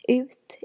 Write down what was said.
ut